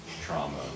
trauma